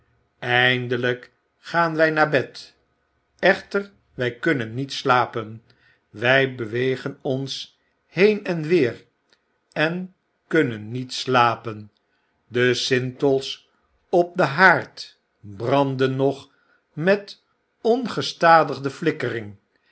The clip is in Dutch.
eindelyk gaan wy naar bed echter wy kunnen niet slapen wy bewegen ons heen en weer en kunnen niet slapen de sintels op den haard branden nog met ongestadige flikkering en